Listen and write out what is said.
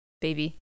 baby